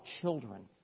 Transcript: children